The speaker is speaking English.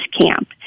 camp